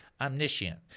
Omniscient